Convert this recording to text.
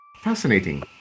Fascinating